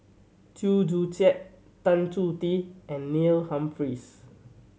Chew Joo Chiat Tan Chong Tee and Neil Humphreys